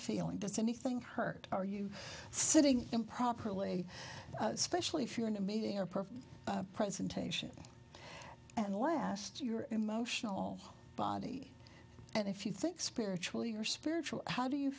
feeling does anything hurt are you sitting improperly especially if you're in a meeting or per presentation and last your emotional body and if you think spiritually or spiritual how do you